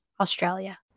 Australia